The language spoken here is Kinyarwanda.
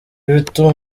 bituma